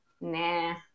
nah